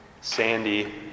Sandy